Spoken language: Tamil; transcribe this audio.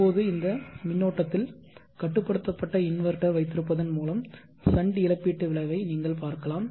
இப்போது இந்த மின்னோட்டத்தில் கட்டுப்படுத்தப்பட்ட இன்வெர்ட்டர் வைத்திருப்பதன் மூலம் ஷண்ட் இழப்பீட்டு விளைவை நீங்கள் பார்க்கலாம்